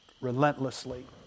relentlessly